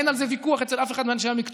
אין על זה ויכוח אצל אף אחד מאנשי המקצוע,